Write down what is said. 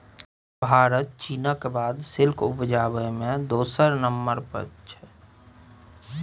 भारत चीनक बाद सिल्क उपजाबै मे दोसर नंबर पर छै